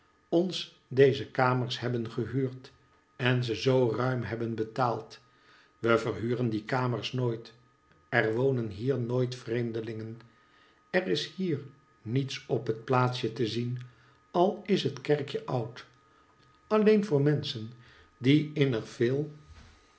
ons deze kamers hebben gehuurd en ze zoo ruim hebben betaald we verhuren die kamers nooit er wonen hier nooit vreemdelingen er is hier niets op het plaatsje te zien al is het kerkje oud alleen voor menschen die innig veel